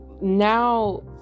now